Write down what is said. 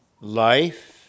life